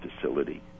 facility